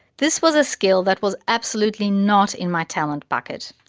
this was a skill that was absolutely not in my talent bucket,